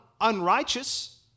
unrighteous